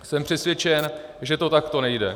Jsem přesvědčen, že to takto nejde.